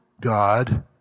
God